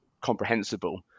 comprehensible